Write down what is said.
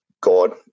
God